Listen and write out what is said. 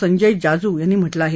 संजय जाजू यांनी म्हटलं आहे